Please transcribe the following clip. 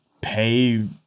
pay